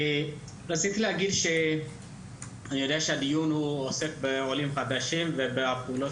אני יודע שהדיון עוסק בעולים חדשים ובפעולות